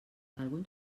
algun